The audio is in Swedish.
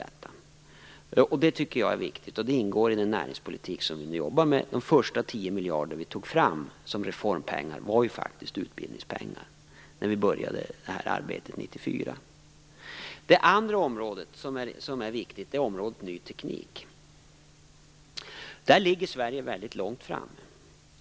Det tycker jag är viktigt, och det ingår i den näringspolitik som vi nu jobbar med. De 10 första miljarder som vi tog fram som reformpengar var faktiskt utbildningspengar. Det var 1994, när vi påbörjade det här arbetet. Detta är det första viktiga området. Ett andra område som är viktigt är området ny teknik. Där ligger Sverige väldigt långt framme.